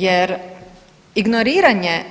Jer ignoriranje